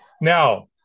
Now